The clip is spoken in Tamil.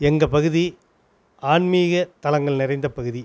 எங்கள் பகுதி ஆன்மீக தலங்கள் நிறைந்த பகுதி